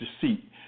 deceit